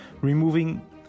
removing